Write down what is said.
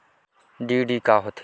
DD का होथे?